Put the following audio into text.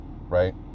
right